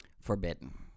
forbidden